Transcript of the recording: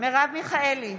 מרב מיכאלי,